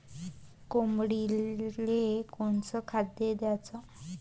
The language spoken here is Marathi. कोंबडीले कोनच खाद्य द्याच?